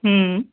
ہوں